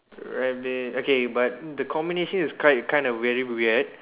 rabbit okay but the combination is kind kind of very weird